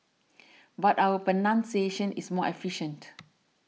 but our pronunciation is more efficient